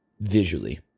visually